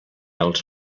els